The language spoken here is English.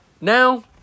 now